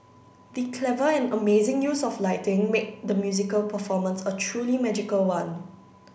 the clever and amazing use of lighting made the musical performance a truly magical one